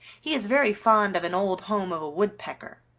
he is very fond of an old home of a woodpecker.